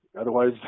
Otherwise